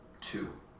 two